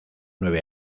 nueve